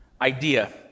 idea